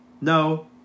No